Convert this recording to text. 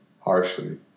harshly